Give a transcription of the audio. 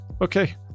Okay